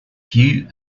hugh